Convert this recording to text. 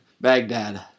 Baghdad